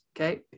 okay